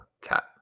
cat